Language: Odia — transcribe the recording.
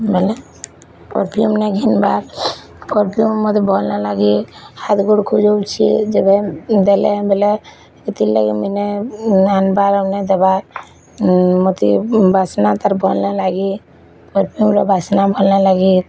ବେଲେ ପରଫ୍ୟୁମ୍ ନାଇଁ ଘିନବାର୍ ପରଫ୍ୟୁମ୍ ମୋତେ ଭଲ୍ ନାଇଁ ଲାଗେ ହାତ୍ ଗୋଡ଼ ଖୁଜଉଛେ ଯେବେ ଦେଲେ ବେଲେ ହେତିରଲାଗି ମୁଇଁ ନାଇଁ ନାଇଁ ଆନବାର୍ ନାଇଁ ଦେବାର୍ ମୋତେ ବାସ୍ନା ତାର୍ ଭଲ୍ ନାଇଁ ଲାଗେ ପରଫ୍ୟୁମ୍ର ବାସ୍ନା ଭଲ୍ ନାଇଁ ଲାଗେ